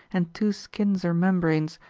and two skins or membranes,